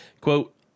Quote